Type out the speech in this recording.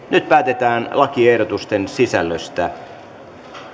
nyt päätetään lakiehdotusten sisällöstä